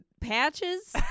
patches